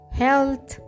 health